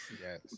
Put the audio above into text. Yes